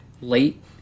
late